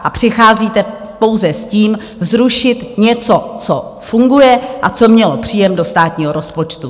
A přicházíte pouze s tím, zrušit něco, co funguje a co mělo příjem do státního rozpočtu.